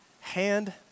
hand